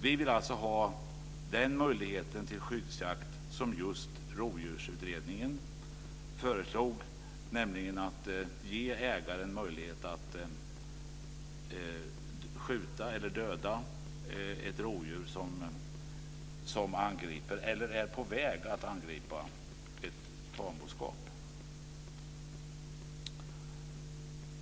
Vi vill alltså ha den möjligheten till skyddsjakt som Rovdjursutredningen föreslog, nämligen att ge ägaren möjlighet att skjuta eller döda ett rovdjur som angriper eller är på väg att angripa tamboskap.